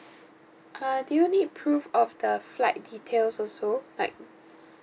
ah do you need proof of the flight details also like